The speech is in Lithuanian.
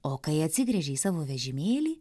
o kai atsigręžė į savo vežimėlį